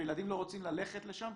וילדים לא רוצים ללכת לשם,